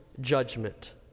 judgment